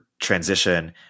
transition